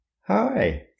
Hi